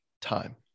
time